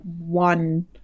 one